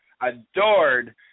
adored